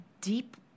deep